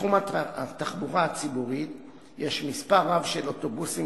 בתחום התחבורה הציבורית יש מספר רב של אוטובוסים